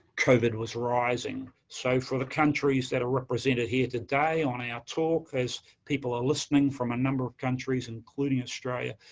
covid was rising. so, for the countries that are represented here today, on our talk, as people are listening from a number of countries, including australia,